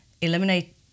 eliminate